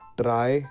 try